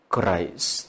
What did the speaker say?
Christ